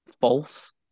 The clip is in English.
false